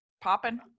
popping